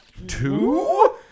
Two